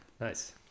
Nice